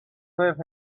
cliff